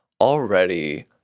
already